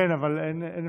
כן, אבל אין אפשרות,